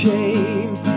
James